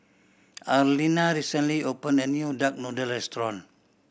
Arlena recently opened a new duck noodle restaurant